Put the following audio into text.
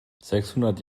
sechshundert